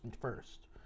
first